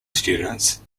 students